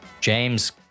James